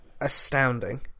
astounding